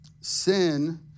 Sin